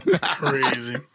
Crazy